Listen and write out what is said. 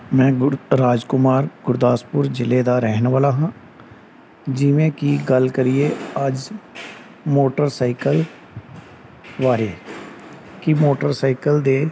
ਮੈਂ ਗੁਰਰਾਜ ਕੁਮਾਰ ਗੁਰਦਾਸਪੁਰ ਜ਼ਿਲ੍ਹੇ ਦਾ ਰਹਿਣ ਵਾਲਾ ਹਾਂ ਜਿਵੇਂ ਕਿ ਗੱਲ ਕਰੀਏ ਅੱਜ ਮੋਟਰਸਾਈਕਲ ਬਾਰੇ ਕਿ ਮੋਟਰਸਾਈਕਲ ਦੇ